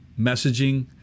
messaging